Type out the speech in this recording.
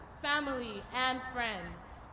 family, and friends,